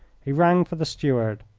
he rang for the steward.